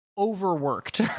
overworked